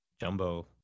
jumbo